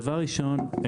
דבר ראשון,